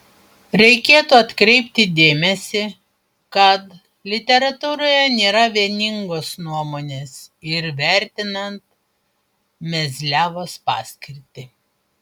reikėtų atkreipti dėmesį kad literatūroje nėra vieningos nuomonės ir vertinant mezliavos paskirtį